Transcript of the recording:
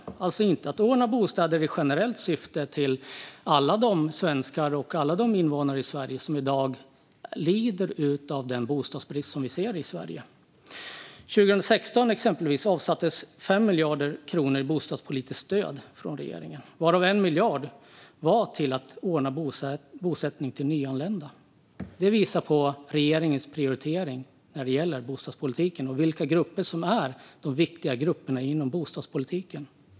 Det ska alltså inte gå till att ordna bostäder i generellt syfte till alla de svenskar, alla de invånare i Sverige, som i dag lider av den bostadsbrist som vi ser i landet. År 2016 exempelvis avsattes 5 miljarder kronor till bostadspolitiskt stöd av regeringen, varav 1 miljard var till att ordna bosättning till nyanlända. Det visar på regeringens prioritering när det gäller bostadspolitiken och vilka grupper som är de viktiga grupperna inom bostadspolitiken.